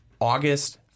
august